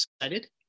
excited